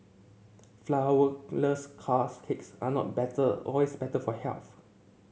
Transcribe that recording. flourless cars cakes are not better always better for health